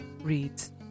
reads